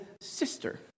sister